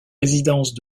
résidences